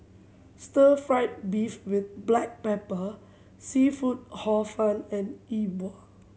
Stir Fry beef with black pepper seafood Hor Fun and E Bua